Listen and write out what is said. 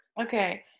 Okay